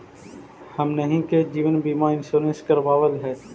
हमनहि के जिवन बिमा इंश्योरेंस करावल है?